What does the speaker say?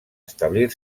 establir